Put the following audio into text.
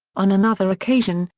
on another occasion,